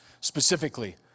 specifically